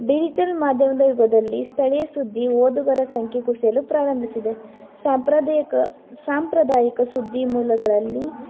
digital ಮಾಧ್ಯಮದ ಯುಗದಲ್ಲಿ ಸ್ಥಳೀಯ ಸುದ್ದಿ ಓದುಗರ ಸಂಖ್ಯೆ ಕುಸಿಯಲು ಪ್ರಾರಂಭಿಸಿದೆ ಸಾಂಪ್ರದಾಯಿಕ ಸಾಂಪ್ರದಾಯಿಕ ಸುದ್ದಿ ಮೂಲಗಳಲ್ಲಿ